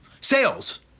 sales